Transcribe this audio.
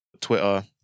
Twitter